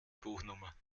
buchnummer